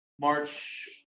March –